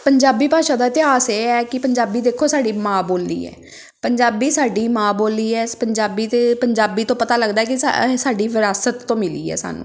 ਪੰਜਾਬੀ ਭਾਸ਼ਾ ਦਾ ਇਤਿਹਾਸ ਇਹ ਹੈ ਕਿ ਪੰਜਾਬੀ ਦੇਖੋ ਸਾਡੀ ਮਾਂ ਬੋਲੀ ਹੈ ਪੰਜਾਬੀ ਸਾਡੀ ਮਾਂ ਬੋਲੀ ਹੈ ਅਸੀਂ ਪੰਜਾਬੀ ਅਤੇ ਪੰਜਾਬੀ ਤੋਂ ਪਤਾ ਲੱਗਦਾ ਕਿ ਸਾ ਇਹ ਸਾਡੀ ਵਿਰਾਸਤ ਤੋਂ ਮਿਲੀ ਹੈ ਸਾਨੂੰ